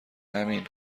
امین